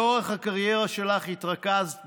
לאורך הקריירה שלך התרכזת,